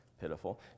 pitiful